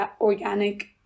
organic